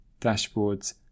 dashboards